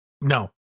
No